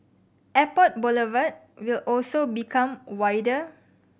Airport Boulevard will also become wider